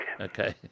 Okay